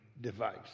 device